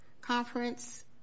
conference